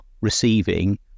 receiving